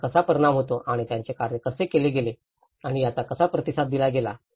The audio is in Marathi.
त्याचा कसा परिणाम होतो आणि त्याचे कार्य कसे केले गेले आणि त्याचा कसा प्रतिसाद दिला गेला